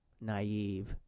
naive